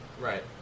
Right